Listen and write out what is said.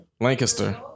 Lancaster